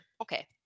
Okay